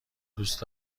دوست